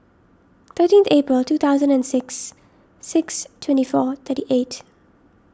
thirteen April two thousand and six six twenty four thirty eight